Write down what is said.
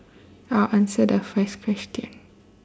I'll answer the first question